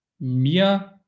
mir